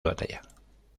batalla